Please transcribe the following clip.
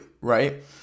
right